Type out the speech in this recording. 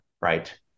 right